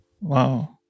Wow